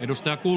[Aino-Kaisa